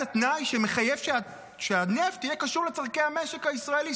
התנאי שמחייב שהנפט יהיה קשור לצורכי המשק הישראלי.